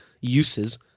uses